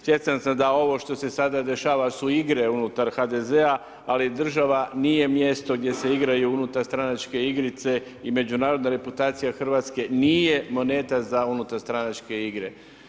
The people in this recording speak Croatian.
Svjestan sam da ovo što se sada dešava su igre unutar igre HDZ-a ali država nije mjesto gdje se igraju unutarstranačke igrice i međunarodna reputacija Hrvatske nije moneta za unutarstranačke igre.